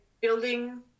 building